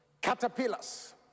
caterpillars